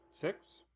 Six